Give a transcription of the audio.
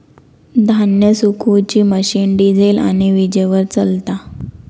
धान्य सुखवुची machine diesel आणि वीजेवर चलता